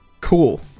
cool